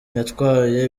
yatwaye